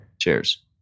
Cheers